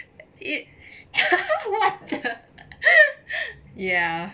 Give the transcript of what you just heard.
it what the ya